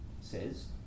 says